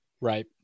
Right